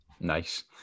nice